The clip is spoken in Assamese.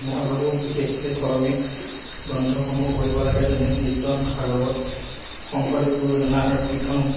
মই ভাবোঁ বিশেষকৈ ধৰ্মীয় গ্ৰন্থসমূহ পঢ়িব লাগে যেনে কীৰ্তন ভাগৱত শংকৰদেৱ গুৰুজনাৰ কীৰ্তন